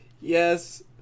yes